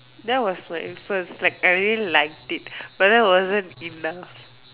that was like first like I really liked it but that wasn't enough